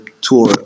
tour